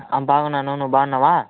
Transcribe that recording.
బాగున్నాను నువ్వు బాగున్నావా